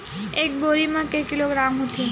एक बोरी म के किलोग्राम होथे?